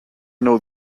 know